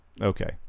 Okay